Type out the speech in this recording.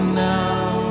now